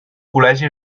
col·legi